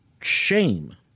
shame